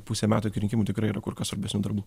pusei metų iki rinkimų tikrai yra kur kas svarbesnių darbų